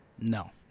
no